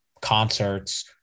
concerts